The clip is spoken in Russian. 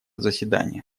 заседания